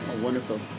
Wonderful